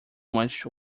much